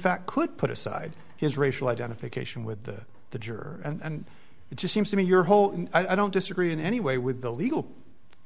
fact could put aside his racial identification with the juror and it just seems to me your whole i don't disagree in any way with the legal